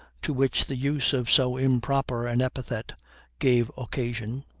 to which the use of so improper an epithet gave occasion,